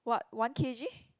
what one K_G